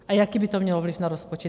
A jaký by to mělo vliv na rozpočet?